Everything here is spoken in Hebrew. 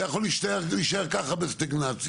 אתה יכול להישאר ככה בסטגנציה.